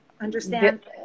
understand